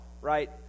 right